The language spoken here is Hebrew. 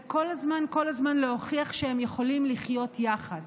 וכל הזמן כל הזמן להוכיח שהם יכולים לחיות יחד,